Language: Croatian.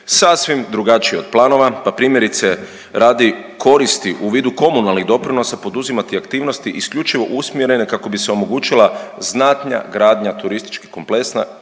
sasvim drugačije od planova pa primjerice, radi koristi u vidu komunalnih doprinosa poduzimati aktivnosti isključivo usmjerene kako bi se omogućila znatnija gradnja turističkih kompleksa